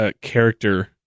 character